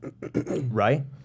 right